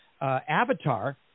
avatar